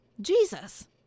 Jesus